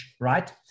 right